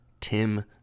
Tim